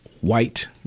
white